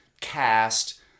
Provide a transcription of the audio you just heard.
cast